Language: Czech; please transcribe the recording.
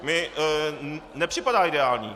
To mi nepřipadá ideální.